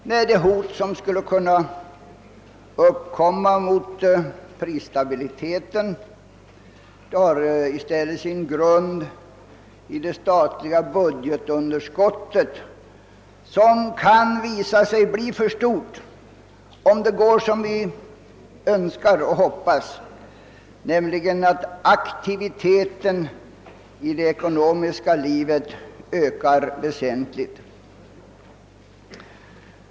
Nej, det hot mot prisstabiliteten som skulle kunna uppkomma har i stället sin grund i det statliga budgetunderskottet, som kan visa sig bli för stort om det går som vi önskar och hoppas, nämligen att aktiviteten i det ekonomiska livet ökar väsentligt.